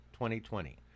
2020